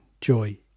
joy